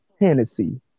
Hennessy